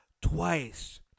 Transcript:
twice